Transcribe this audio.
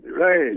right